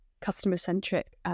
customer-centric